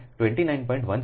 તેથી d 2 9